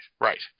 Right